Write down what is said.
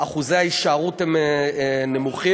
אחוזי ההישארות הם נמוכים.